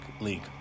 League